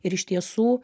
ir iš tiesų